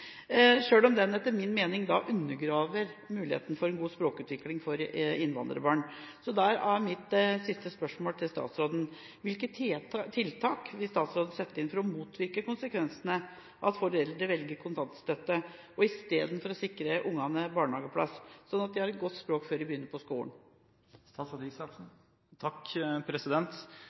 om den etter min mening undergraver muligheten for en god språkutvikling for innvandrerbarn. Da er mitt siste spørsmål til statsråden: Hvilke tiltak vil statsråden sette inn for å motvirke konsekvensene av at foreldrene velger kontantstøtte istedenfor å sikre ungene barnehageplass, slik at de har et godt språk før de begynner på